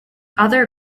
other